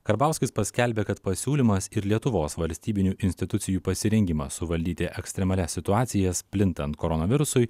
karbauskis paskelbė kad pasiūlymas ir lietuvos valstybinių institucijų pasirengimas suvaldyti ekstremalias situacijas plintant koronavirusui